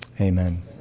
Amen